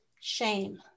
shame